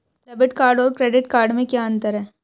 Debit card और credit card में क्या अंतर है?